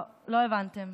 לא הבנתם.